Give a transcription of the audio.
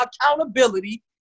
accountability